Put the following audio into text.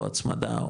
או הצמדה,